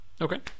Okay